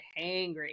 hangry